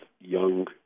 young